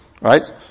Right